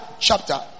chapter